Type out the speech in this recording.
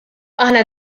aħna